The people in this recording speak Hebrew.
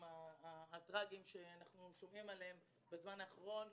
הטרגיים שאנחנו שומעים עליהם בזמן האחרון,